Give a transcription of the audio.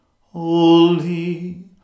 holy